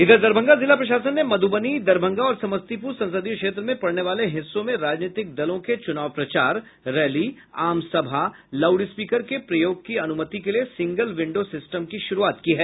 इधर दरभंगा जिला प्रशासन ने मधुबनी दरभंगा और समस्तीपुर संसदीय क्षेत्र में पड़ने वाले हिस्सों में राजनीतिक दलों के चुनाव प्रचार रैली आम सभा लाउडस्पीकर के प्रयोग की अनुमति के लिए सिंगल विंडो सिस्टम की शुरूआत की है